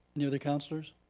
any other councilors?